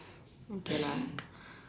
okay lah